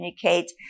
communicate